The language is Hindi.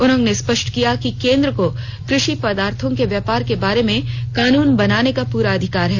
उन्होंने स्पष्ट किया कि केन्द्र को कृषि पदार्थों के व्यापार के बारे में कानून बनाने का पूरा अधिकार है